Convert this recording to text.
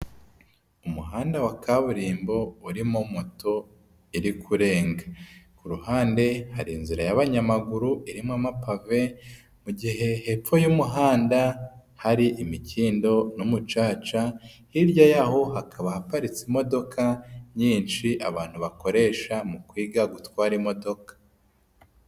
Umuhanda wa kaburimbo urimo moto iri kurenga. Ku ruhande hari inzira y'abanyamaguru irimo amapave, mu gihe hepfo y'umuhanda hari imikindo n'umucaca, hirya yaho hakaba haparitse imodoka nyinshi abantu bakoresha mu kwiga gutwara imodoka.